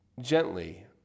gently